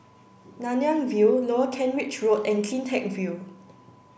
Nanyang View Lower Kent Ridge Road and CleanTech View